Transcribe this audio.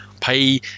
pay